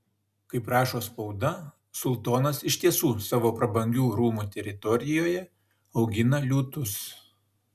kaip rašo spauda sultonas iš tiesų savo prabangių rūmų teritorijoje augina liūtus